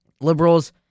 Liberals